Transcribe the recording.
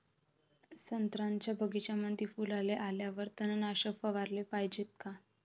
संत्र्याच्या बगीच्यामंदी फुलाले आल्यावर तननाशक फवाराले पायजे का?